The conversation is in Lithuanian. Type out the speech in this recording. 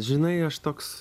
žinai aš toks